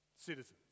citizens